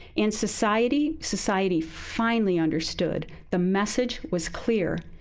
and society? society finally understood. the message was clear.